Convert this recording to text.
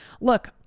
Look